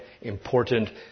important